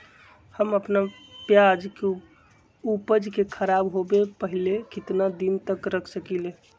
हम अपना प्याज के ऊपज के खराब होबे पहले कितना दिन तक रख सकीं ले?